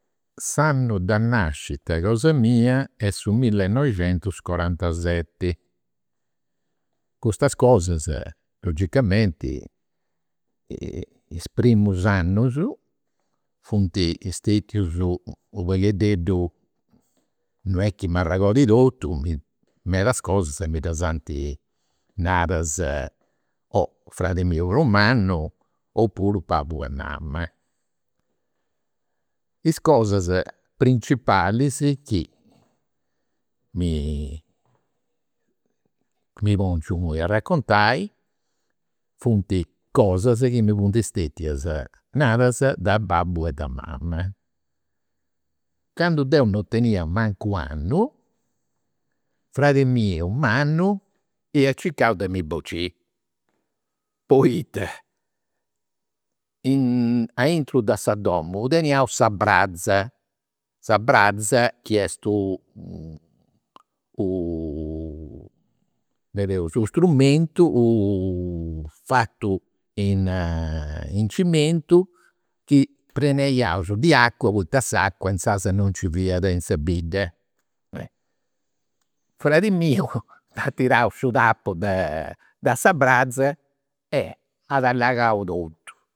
S'annu de nascita cosa mia est su millinoixentuscorantaseti. Custas cosa logicamenti, is primus annus funt stetius u' poghededdu, non est chi m'arregodi totu, medas cosa mi ddas ant naras o fradi miu prus mannu opuru babbu e mama. Is cosas principalis chi mi chi mi pongiu imui a raccontai funt cosas chi mi funt stetias naras da babbu e da mama. Candu deu non tenia mancu u' annu, fradi miu mannu iat circau de mi bociri. Poita aintru de sa domu teniaus sa braza. Sa braza chi est u nareus unu strumentu fatu in cementu chi prenaiaus de acua poita s'acua inzaras non nci fiat in sa bidda. Fradi miu nd'at tirau su tapu de de sa braza e at allagau totu